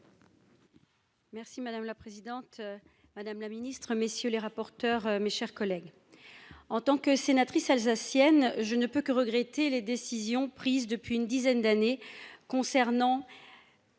Madame la présidente, madame la ministre, messieurs les rapporteurs, mes chers collègues, en tant que sénatrice alsacienne, je ne peux que regretter les décisions prises depuis une dizaine d'années sur